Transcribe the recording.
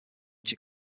which